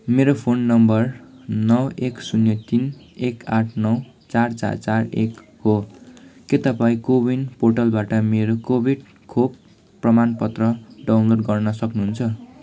मेरो phone number नौ एक शून्य तिन एक आठ नौ चार चार चार एक हो के तपाईँँ को विन पोर्टलबाट मेरो कोभिड खोप प्रमाणपत्र डाउनलोड गर्न सक्नुहुन्छ